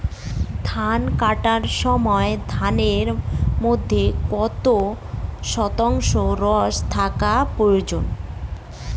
ধান কাটার সময় ধানের মধ্যে কত শতাংশ রস থাকা প্রয়োজন?